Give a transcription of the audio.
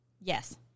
Yes